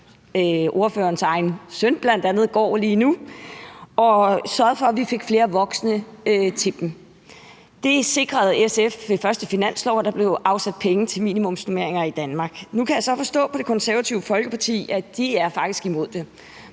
ordførerens egen søn bl.a. går lige nu, så der blev sørget for, at vi fik flere voksne til dem. SF sikrede ved første finanslov, at der blev afsat penge til minimumsnormeringer i Danmark. Nu kan jeg så forstå på Det Konservative Folkeparti, at de faktisk er imod det.